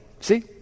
see